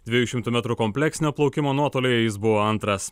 dviejų šimtų metrų kompleksinio plaukimo nuotolyje jis buvo antras